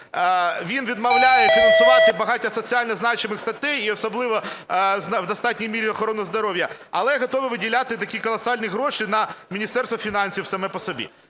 Він відмовляється фінансувати багато соціально значимих статей і особливо в достатній мірі охорону здоров'я, але готовий виділяти такі колосальні гроші на Міністерство фінансів саме по собі.